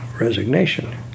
resignation